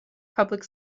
public